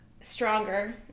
Stronger